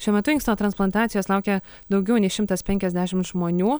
šiuo metu inksto transplantacijos laukia daugiau nei šimtas penkiasdešimt žmonių